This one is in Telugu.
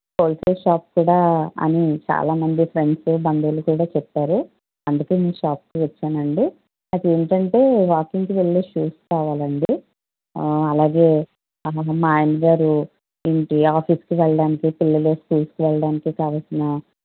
హోల్సేల్ షాప్ కూడా అని చాలామంది ఫ్రెండ్స్ బంధువులు కూడా చెప్పారు అందుకే మీ షాప్కి వచ్చానండి నాకు ఏంటంటే వాకింగ్కి వెళ్ళే షూస్ కావాలండి అలాగే మా ఆయన గారు ఏంటి ఆఫీస్కి వెళ్ళడానికి పిల్లలు స్కూల్కి వెళ్ళడానికి కావల్సిన